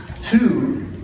two